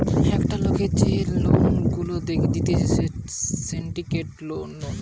একটা লোককে যে লোন গুলা দিতেছে সিন্ডিকেট লোন